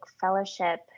fellowship